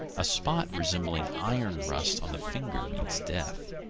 a spot resembling iron-rust on the finger means death.